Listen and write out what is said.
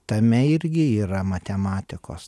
tame irgi yra matematikos